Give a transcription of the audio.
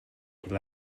could